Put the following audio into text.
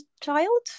child